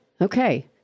Okay